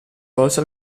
volse